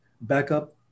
backup